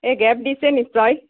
এই গেপ দিছে নিশ্চয়